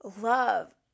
love